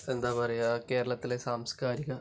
എന്താണ് പറയുക കേരളത്തിലെ സാംസ്കാരിക